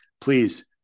Please